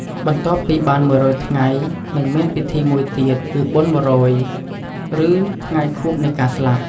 បន្ទាប់ពីបាន១០០ថ្ងៃនឹងមាន ពិធីមួយទៀត គឺបុណ្យ១០០ ឬ ថ្ងៃខួបនៃការស្លាប់។